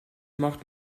macht